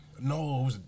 No